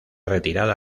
retirada